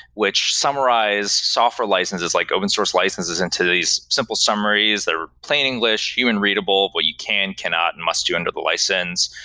which summarized software licenses like open source licenses into these simple summaries that are plain english, human readable, but you can cannot and must do under the license.